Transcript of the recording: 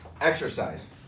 Exercise